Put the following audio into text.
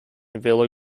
villa